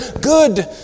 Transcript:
good